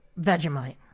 Vegemite